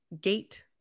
Gate